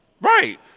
right